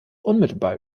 unmittelbar